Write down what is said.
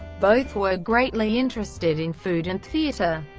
both were greatly interested in food and theatre,